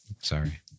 Sorry